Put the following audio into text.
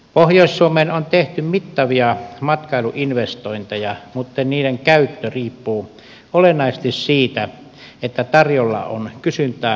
pohjois suomeen on tehty mittavia matkailuinvestointeja mutta niiden käyttö riippuu olennaisesti siitä että tarjolla on kysyntää vastaavat yhteydet